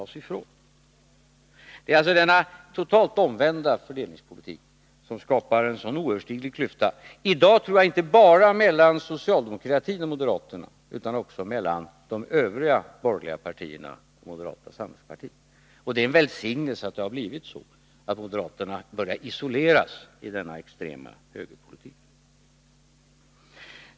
Det är alltså denna totalt omvända fördelningspolitik som skapar en sådan oöverstiglig klyfta. I dag tror jag den inte bara finns mellan socialdemokratin och moderaterna, utan också mellan de övriga borgerliga partierna och moderata samlingspartiet. Och det är en välsignelse att det har blivit så att moderaterna isoleras i denna extrema högerpolitik.